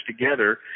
together